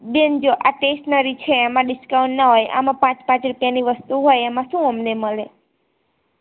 બેન જો આ સ્ટેશનરી છે એમાં ડિસ્કાઉન્ટ ન હોય આમાં પાંચ પાંચ રૂપિયાની વસ્તુ હોય એમાં શું અમને મળે